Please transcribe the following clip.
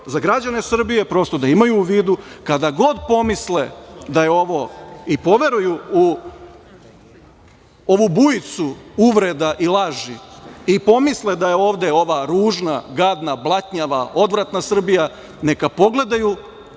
za građane Srbije, prosto da imaju u vidu, kada god pomisle da je ovo, i poveruju u ovu bujicu uvreda i laži i pomisle da je ovde ova ružna, gadna, blatnjava, odvratna Srbija, neka pogledaju